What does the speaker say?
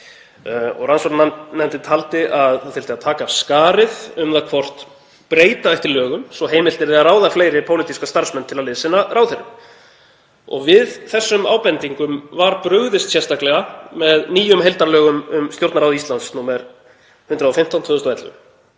og rannsóknarnefndin taldi að það þyrfti að taka af skarið um hvort breyta ætti lögum svo heimilt yrði að ráða fleiri pólitíska starfsmenn til að liðsinna ráðherrum. Við þessum ábendingum var brugðist sérstaklega með nýjum heildarlögum um Stjórnarráð Íslands, nr.